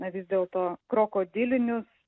na vis dėlto krokodilinius